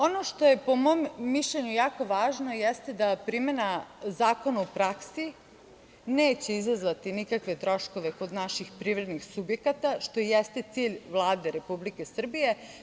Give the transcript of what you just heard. Ono što je po mom mišljenju jako važno jeste da primena zakona u praksi neće izazvati nikakve troškove kod naših privrednih subjekata, što jeste cilj Vlade Republike Srbije.